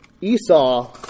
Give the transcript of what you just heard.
Esau